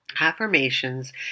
Affirmations